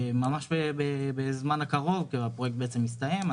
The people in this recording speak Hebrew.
ממש בזמן הקרוב כי הפרויקט בעצם הסתיים,